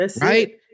right